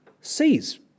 sees